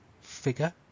figure